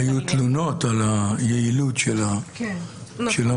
היו תלונות על היעילות של המנגנון.